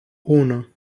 uno